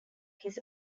his